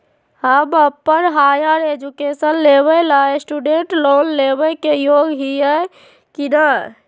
हम अप्पन higher education लेबे ला स्टूडेंट लोन लेबे के योग्य हियै की नय?